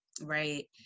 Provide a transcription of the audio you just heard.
right